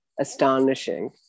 astonishing